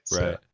Right